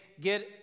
get